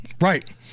Right